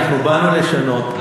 אנחנו באנו לשנות,